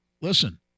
listen